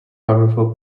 powerful